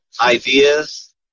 ideas